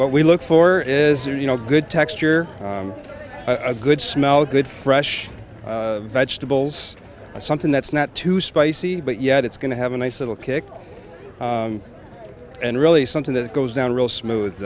what we look for is you know good texture a good smell good fresh vegetables something that's not too spicy but yet it's going to have a nice little kick and really something that goes down real smooth